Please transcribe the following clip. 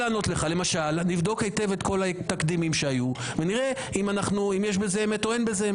למשל נבדוק היטב את כל התקדימים שהיו ונראה אם יש בזה אמת או לא.